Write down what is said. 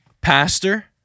pastor